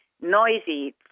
noisy